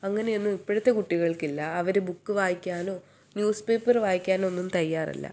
അങ്ങനെയൊന്നും ഇപ്പോഴത്തെ കുട്ടികൾക്കില്ല അവർ ബുക്ക് വായിക്കാനോ ന്യൂസ്പേപ്പർ വായിക്കാനോ ഒന്നും തയ്യാറല്ല